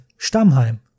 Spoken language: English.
Stammheim